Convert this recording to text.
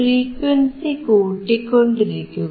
frequency കൂട്ടിക്കൊണ്ടിരിക്കുക